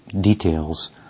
details